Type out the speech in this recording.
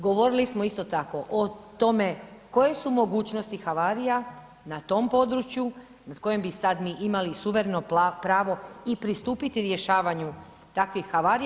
Govorili smo isto tako o tome koje su mogućnosti havarija na tom području nad kojim bi sad mi imali suvereno pravo i pristupiti rješavanju takvih havarija.